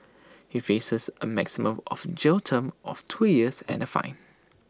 he faces A maximum of jail term of two years and A fine